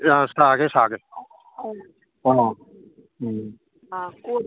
ꯑꯥ ꯁꯥꯒꯦ ꯁꯥꯒꯦ ꯑꯥ ꯎꯝ